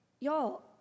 Y'all